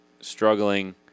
Struggling